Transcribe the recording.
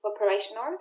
operational